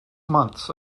months